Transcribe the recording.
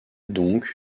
donc